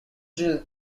jill